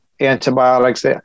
antibiotics